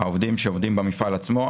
העובדים שעובדים במפעל עצמו,